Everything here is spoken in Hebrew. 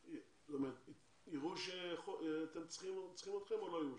יראו שצריכים אתכם או לא יראו?